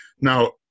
now